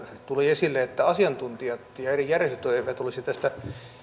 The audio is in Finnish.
tuli esille että asiantuntijat ja eri järjestöt eivät olisi tästä